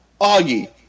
Augie